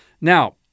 Now